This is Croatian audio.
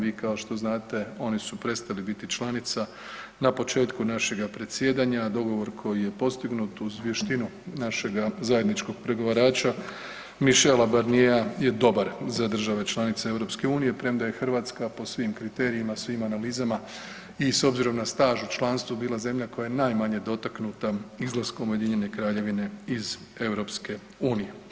Vi kao što znate oni su prestali biti članica na početku našega predsjedanja, a dogovor koji je postignut uz vještinu našeg zajedničkog pregovarača Michela Barniera je dobar za države članice Europske unije premda je Hrvatska po svim kriterijima, svim analizama i s obzirom na staž u članstvu bila zemlja koja je najmanje dotaknuta izlaskom Ujedinjene Kraljevine iz Europske unije.